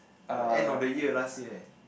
like end of the year last year eh